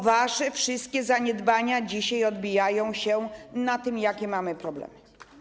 Wszystkie wasze zaniedbania dzisiaj odbijają się na tym, jakie mamy problemy.